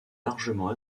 largement